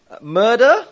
Murder